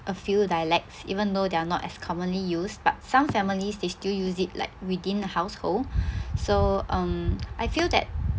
a few dialects even though they're not as commonly used but some families they still use it like within the household so um I feel that